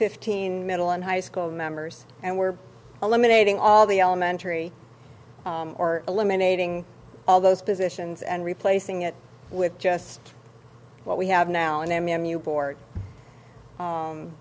fifteen middle and high school members and we're eliminating all the elementary or eliminating all those positions and replacing it with just what we have now and m m u board